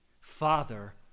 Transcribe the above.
Father